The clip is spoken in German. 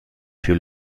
für